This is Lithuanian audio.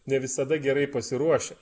ne visada gerai pasiruošę